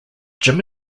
jim